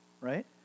right